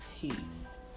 peace